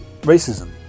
racism